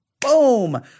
boom